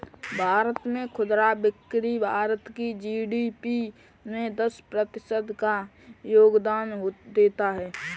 भारत में खुदरा बिक्री भारत के जी.डी.पी में दस प्रतिशत का योगदान देता है